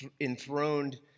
enthroned